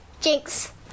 Jinx